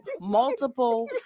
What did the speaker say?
multiple